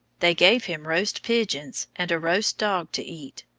they gave him roast pigeons and a roast dog to eat.